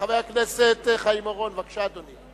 חבר הכנסת חיים אורון, בבקשה, אדוני.